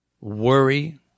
worry